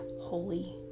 holy